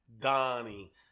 Donnie